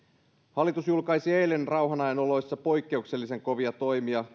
hallitus julkaisi eilen rauhanajan oloissa koronakriisin vuoksi poikkeuksellisen kovia toimia